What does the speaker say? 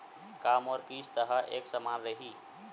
का मोर किस्त ह एक समान रही?